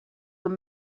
were